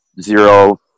Zero